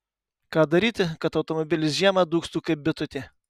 ką daryti kad automobilis žiemą dūgztų kaip bitutė